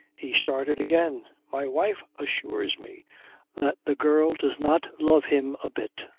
he started again my wife assures me that the girl does not love him a bit.